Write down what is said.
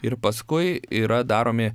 ir paskui yra daromi